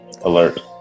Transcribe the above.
alert